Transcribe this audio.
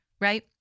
right